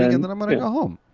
and then i'm gonna go home.